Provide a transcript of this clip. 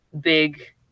big